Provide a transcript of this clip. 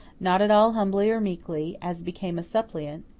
not at all humbly or meekly, as became a suppliant,